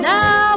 Now